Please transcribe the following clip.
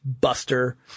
Buster